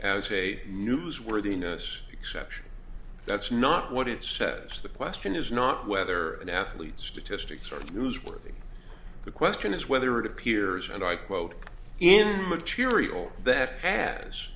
as a newsworthiness exception that's not what it says the question is not whether an athlete statistics are newsworthy the question is whether it appears and i quote in material that has